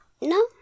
No